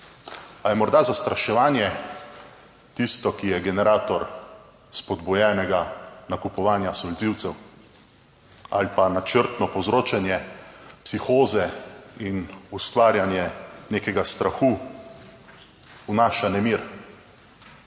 Ali je morda zastraševanje tisto, ki je generator spodbujenega nakupovanja solzivcev? Ali pa načrtno povzročanje psihoze in ustvarjanje nekega strahu vnaša nemir?